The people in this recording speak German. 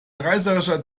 reißerischer